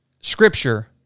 Scripture